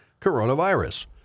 coronavirus